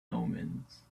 omens